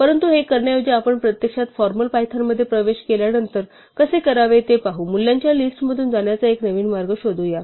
परंतु हे करण्याऐवजी आपण प्रत्यक्षात फॉर्मल पायथनमध्ये प्रवेश केल्यावर नंतर कसे करावे ते पाहू मूल्यांच्या लिस्टमधून जाण्याचा एक नवीन मार्ग शोधूया